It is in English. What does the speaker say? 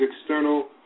external